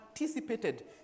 anticipated